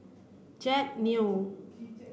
Jack Neo